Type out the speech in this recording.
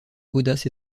audace